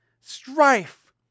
strife